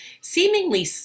seemingly